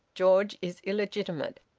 george is illegitimate.